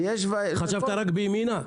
חשבת רק בימינה?